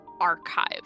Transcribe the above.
archive